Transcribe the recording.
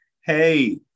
Hey